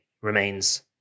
remains